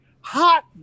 hot